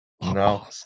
No